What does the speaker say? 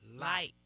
Light